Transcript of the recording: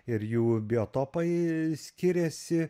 ir jų biotopai skiriasi